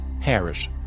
Harris